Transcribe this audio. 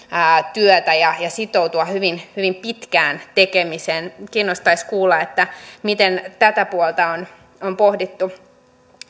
työtä ja sitoutua hyvin hyvin pitkään tekemiseen kiinnostaisi kuulla miten tätä puolta on pohdittu